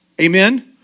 Amen